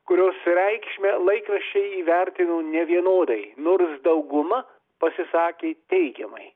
kurios reikšmę laikraščiai įvertino nevienodai nors dauguma pasisakė teigiamai